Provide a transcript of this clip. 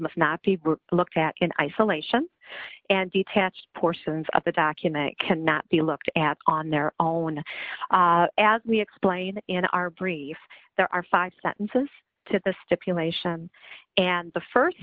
must not be looked at in isolation and detached portions of the document cannot be looked at on their own as we explain in our brief there are five sentences to the stipulation and the